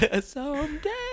Someday